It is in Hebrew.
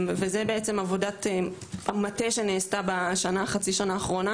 זאת עבודת המטה שנעשתה בחצי השנה האחרונה